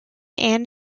ann